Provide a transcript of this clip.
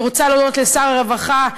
אני רוצה להודות לשר הרווחה,